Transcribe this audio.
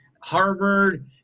Harvard